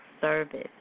service